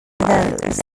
those